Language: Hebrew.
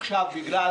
עכשיו בגלל